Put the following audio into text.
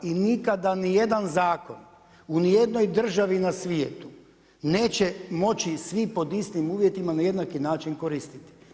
I nikada ni jedan zakon u ni jednoj državi na svijetu neće moći svi pod istim uvjetima na jednaki način koristiti.